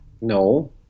no